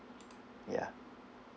ya